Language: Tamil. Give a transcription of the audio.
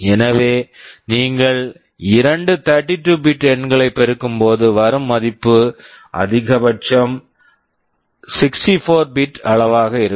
எனவே நீங்கள் இரண்டு 32 பிட் bit எண்களை பெருக்கும் போது வரும் மதிப்பு அதிகபட்சம் 64 பிட் bit அளவாக இருக்கும்